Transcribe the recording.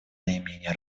наименее